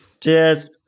Cheers